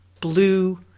blue